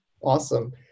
Awesome